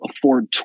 afford